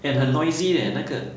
and 很 noisy leh 那个